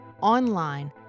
online